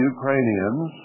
Ukrainians